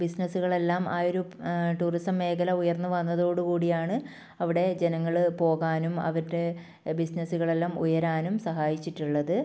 ബിസ്നസുകളെല്ലാം ആ ഒരു ടൂറിസം മേഖല ഉയർന്ന് വന്നതോടു കൂടിയാണ് അവിടെ ജനങ്ങൾ പോകാനും അവരുടെ ബിസ്സിനസ്സുകളെല്ലാം ഉയരാനും സഹായിച്ചിട്ടുള്ളത്